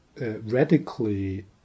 radically